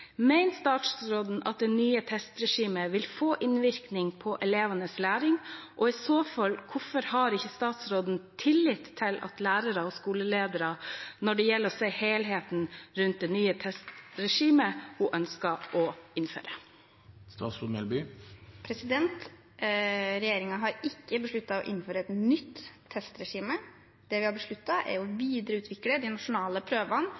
statsråden at det nye testregimet vil få innvirkning på elevenes læring, og i så fall hvorfor har ikke statsråden tillit til lærere og skoleledere når det gjelder å se helheten rundt det nye testregimet hun ønsker å gjennomføre?» Regjeringen har ikke besluttet å innføre et nytt testregime. Det vi har besluttet, er å videreutvikle de nasjonale prøvene